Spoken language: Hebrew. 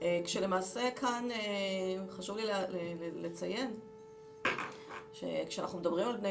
למעשה כאן חשוב לציין שכשאנחנו מדברים על בני